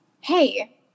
hey